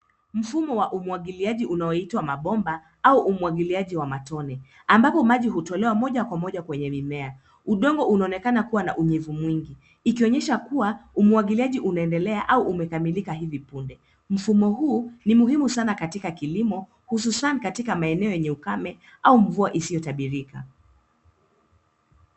Mfumo wa umwagiliaji unaoitwa mabomba au umwagiliaji wa matone; ambapo maji hutolewa moja kwa moja kwenye mimea. Udongo unaonekana kuwa na unyevu mwingi, ikionyesha kuwa umwagiliaji unaendelea au umekamilika hivi punde. Mfumo huu ni muhimu sana katika kilimo, hususan katika maeneo yenye ukame au mvua isiyotabirika.